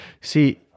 See